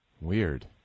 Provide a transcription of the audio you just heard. Weird